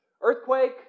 earthquake